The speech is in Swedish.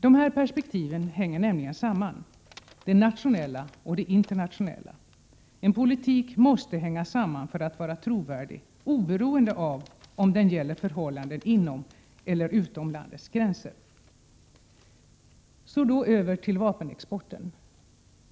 Dessa perspektiv hänger nämligen samman — det nationella och det internationella. En politik måste hänga samman för att vara trovärdig, oberoende av om den gäller förhållanden inom eller utom landets gränser. Så över till vapenexporten.